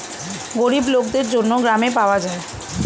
গরিব লোকদের জন্য গ্রামে পাওয়া যায়